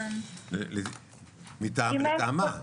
לטעמה.